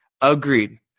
Agreed